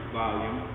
volume